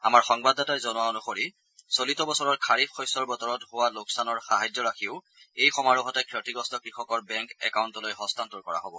আমাৰ সংবাদদাতাই জনোৱা অনুসৰি চলিত বছৰৰ খাৰিফ শস্যৰ বতৰত হোৱা লোকচানৰ সাহায্য ৰাশিও এই সমাৰোহতে ক্ষতিগ্ৰস্ত কৃষকৰ বেংক একাউণ্টলৈ হস্তান্তৰ কৰা হ'ব